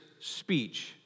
speech